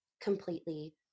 completely